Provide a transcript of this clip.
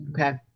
Okay